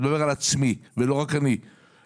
אני מדבר על עצמי ולא רק אני עושה זאת.